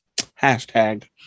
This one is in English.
Hashtag